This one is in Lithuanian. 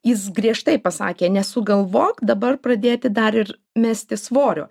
jis griežtai pasakė nesugalvok dabar pradėti dar ir mesti svorio